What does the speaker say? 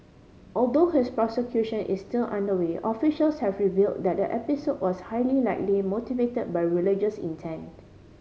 although his prosecution is still underway officials have reveal that the episode was highly likely motivate by religious intent